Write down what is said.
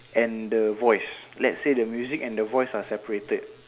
and the voice let say the music and the voice are separated